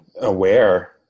aware